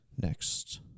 next